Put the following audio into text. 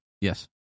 yes